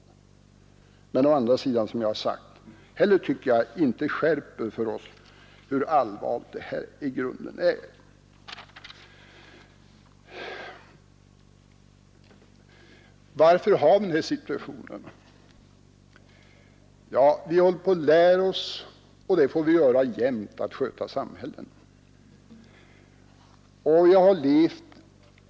Men jag tycker å andra sidan inte heller att han för oss skärper vetskapen om hur allvarligt detta i grunden är. Varför skall vi då ha den här situationen? Ja, vi håller på att lära oss att sköta ett samhälle — så som man får göra jämt.